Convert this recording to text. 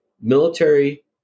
military